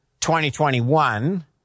2021